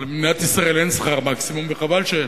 אבל במדינת ישראל אין שכר מקסימום, וחבל שאין,